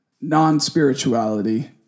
non-spirituality